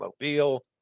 Mobile